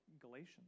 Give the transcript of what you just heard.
Galatians